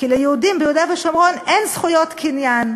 כי ליהודים ביהודה ושומרון אין זכויות קניין.